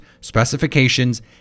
specifications